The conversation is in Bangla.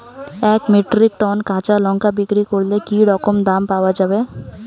এক মেট্রিক টন কাঁচা লঙ্কা বিক্রি করলে কি রকম দাম পাওয়া যাবে?